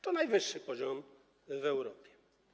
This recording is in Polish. To najwyższy poziom w Europie.